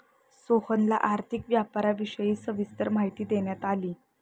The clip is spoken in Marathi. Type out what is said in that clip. सोहनला आर्थिक व्यापाराविषयी सविस्तर माहिती देण्यात आली